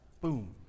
Boom